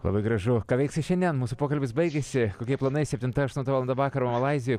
labai gražu ką veiksi šiandien mūsų pokalbis baigiasi kokie planai septinta aštunta valanda vakaro malaizijoj